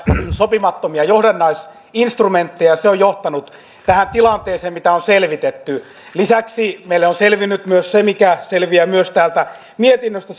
sopimattomia johdannaisinstrumentteja ja se on johtanut tähän tilanteeseen mitä on selvitetty lisäksi meille on selvinnyt myös se mikä selviää myös täältä mietinnöstä